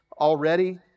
already